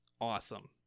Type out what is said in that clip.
awesome